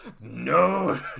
No